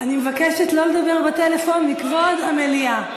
אני מבקשת לא לדבר בטלפון, מכבוד המליאה.